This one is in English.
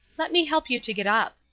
let me help you to get up.